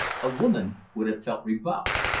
a woman would have felt rebuffed.